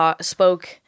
spoke